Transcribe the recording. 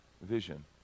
vision